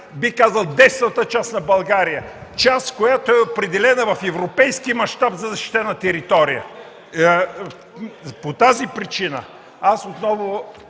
в девствената част на страната! Част, която е определена в европейски мащаб за защитена територия! По тази причина аз отново